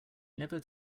never